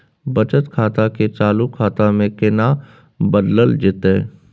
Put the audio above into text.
बचत खाता के चालू खाता में केना बदलल जेतै?